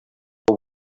know